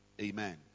Amen